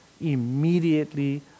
immediately